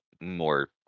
more